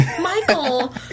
Michael